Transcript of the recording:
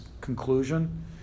conclusion